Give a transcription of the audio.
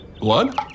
Blood